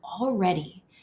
already